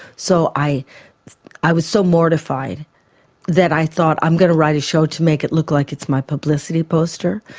so i i was so mortified that i thought i'm going to write a show to make it look like it's my publicity poster.